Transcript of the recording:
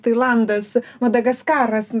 tailandas madagaskaras